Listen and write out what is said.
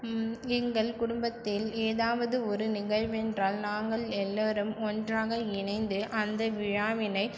எங்கள் குடும்பத்தில் ஏதாவது ஒரு நிகழ்வென்றால் நாங்கள் எல்லோரும் ஒன்றாக இணைந்து அந்த விழாவினை